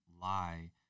lie